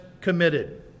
committed